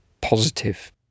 positive